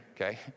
okay